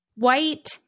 White